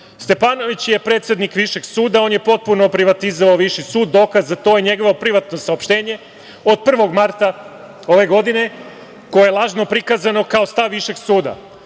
Stepanović je predsednik Višeg suda. On je potpuno privatizovao Viši sud. Dokaz za to je njegovo privatno saopštenje od 1. marta ove godine, koje je lažno prikazano kao stav Višeg suda.